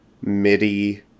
MIDI